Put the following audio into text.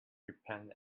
repent